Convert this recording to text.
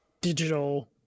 digital